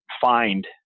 find